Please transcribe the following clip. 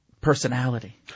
personality